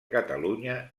catalunya